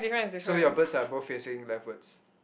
so your birds are all facing leftwards